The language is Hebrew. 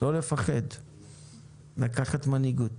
לא לפחד לקחת מנהיגות.